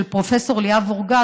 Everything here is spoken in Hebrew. של פרופ' ליאב אורגד,